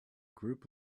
group